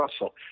Russell